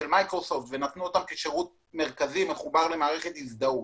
מיקרוסופט ונתנו אותם כשירות מרכזי מחובר למערכת הזדהות.